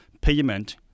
payment